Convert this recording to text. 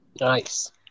Nice